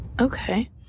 Okay